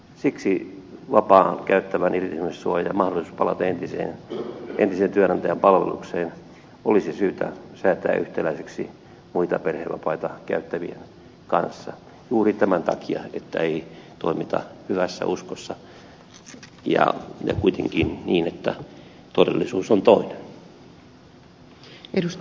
siksi vapaata käyttävän irtisanomissuoja mahdollisuus palata entisen työnantajan palvelukseen olisi syytä säätää yhtäläiseksi muita perhevapaita käyttävien kanssa juuri tämän takia ettei toimita hyvässä uskossa ja kuitenkin niin että todellisuus on toinen